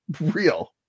real